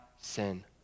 sin